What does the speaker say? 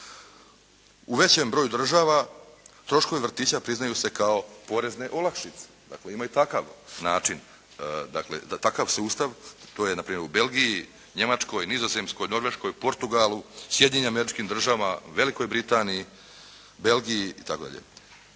U većem broju država troškovi vrtića priznaju se kao porezne olakšice. Dakle, ima i takav način, da takav sustav, to je na primjer u Belgiji, Njemačkoj, Nizozemskoj, Norveškoj, Portugalu, Sjedinjenim Američkim Državama, Velikoj Britaniji, Belgiji itd.